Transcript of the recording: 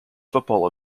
football